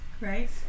Right